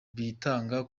bitanga